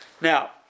Now